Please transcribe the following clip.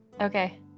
Okay